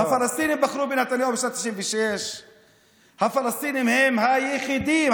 הפלסטינים בחרו בנתניהו בשנת 1996. הפלסטינים הם היחידים,